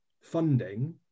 funding